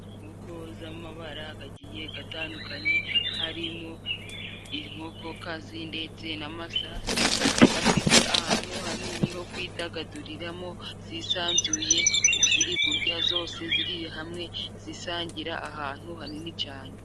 Inkoko z'amabara agagiye gatandukanye harimo: inkokokazi ndetse n'amasake gafite ahantu hanini ho kwidagaduriramo zisanzuye, ubu zirikurya zose ziri hamwe zisangira ahantu hanini cane.